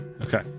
Okay